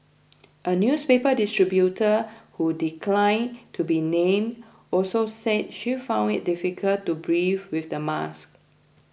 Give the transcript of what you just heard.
a newspaper distributor who declined to be named also said she found it difficult to breathe with the mask